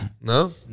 no